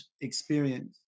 experience